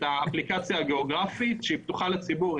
האפליקציה הגיאוגרפית שפתוחה לציבור.